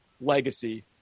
legacy